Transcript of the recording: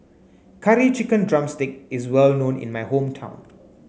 curry chicken drumstick is well known in my hometown